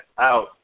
out